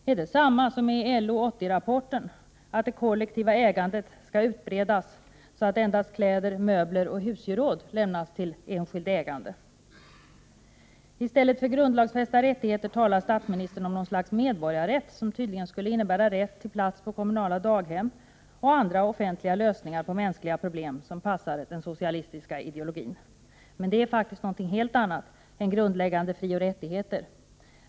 Är det samma syn som iLO 80-rapporten, att det kollektiva ägandet skall utbredas så att endast kläder, möbler och husgeråd lämnas till enskilt ägande? I stället för grundlagsfästa rättigheter talar statsministern om något slags medborgarrätt som tydligen skulle innebära rätt till plats på kommunalt daghem och andra offentliga lösningar på mänskliga problem som passar den socialistiska ideologin. Men det är faktiskt något helt annat än grundläggande frioch rättigheter.